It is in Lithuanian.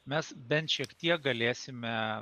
mes bent šiek tiek galėsime